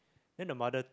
then the mother